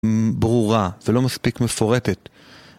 ברורה, ולא מספיק מפורטת.